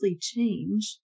change